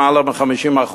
למעלה מ-50%.